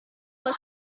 for